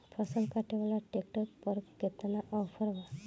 फसल काटे वाला ट्रैक्टर पर केतना ऑफर बा?